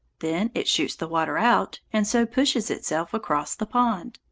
then it shoots the water out and so pushes itself across the pond.